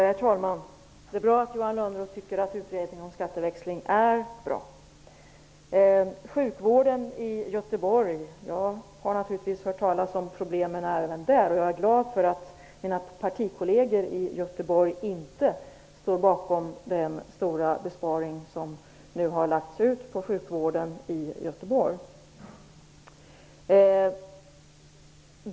Herr talman! Det är bra att Johan Lönnroth tycker att utredningen om skatteväxling är bra. Sjukvårdens problem i Göteborg har jag naturligtvis hört talas om. Jag är glad för att mina partikolleger i Göteborg inte står bakom den stora besparing som nu har förelagts sjukvården där.